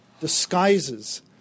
disguises